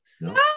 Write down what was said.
no